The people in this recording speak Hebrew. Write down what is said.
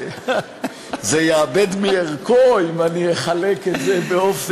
זה יאבד מערכו אם אני אחלק את זה באופן,